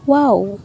wow